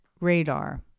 Radar